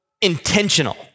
intentional